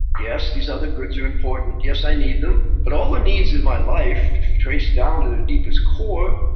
yes, these other goods are important, yes i need them. but, all the needs in my life, if traced down to their deepest core,